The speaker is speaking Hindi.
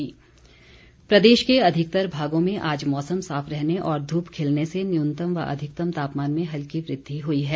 मौसम प्रदेश के अधिकतर भागों में आज मौसम साफ रहने और धूप खिलने से न्यूनतम व अधिकतम तापमान में हल्की वृद्धि हुई है